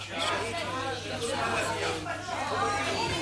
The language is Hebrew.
שלום, אדוני.